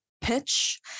pitch